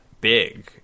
big